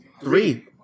Three